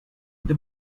the